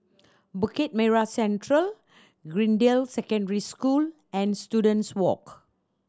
Bukit Merah Central Greendale Secondary School and Students Walk